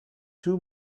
two